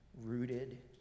rooted